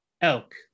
Elk